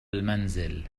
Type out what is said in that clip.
المنزل